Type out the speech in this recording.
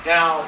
Now